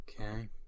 Okay